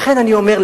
לכן אני אומר,